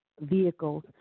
vehicles